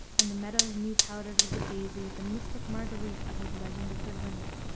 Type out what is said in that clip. and the meadows new powdered with the daisy, the mystic marguerite of his legend of good women.